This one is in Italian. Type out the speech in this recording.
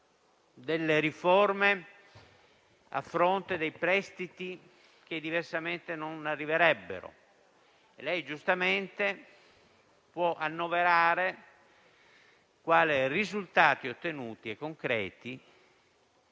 delle riforme, a fronte dei prestiti che, diversamente, non arriverebbero. Lei, giustamente, può annoverare, quali risultati ottenuti e concreti,